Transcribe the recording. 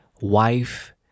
wife